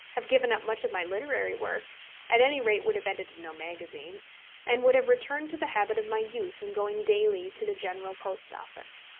have given up much of my literary work at any rate would have edited no magazine and would have returned to the habit of my youth in going daily to the general post office.